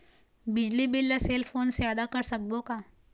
बिजली बिल ला cell phone से आदा कर सकबो का?